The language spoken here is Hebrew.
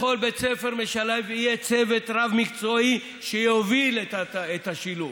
בכל בית ספר משלב יהיה צוות רב-מקצועי שיוביל את השילוב.